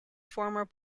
former